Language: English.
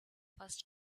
first